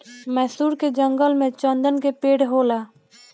मैसूर के जंगल में चन्दन के पेड़ होला